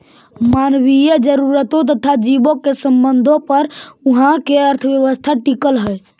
मानवीय जरूरतों तथा जीवों के संबंधों पर उहाँ के अर्थव्यवस्था टिकल हई